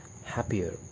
happier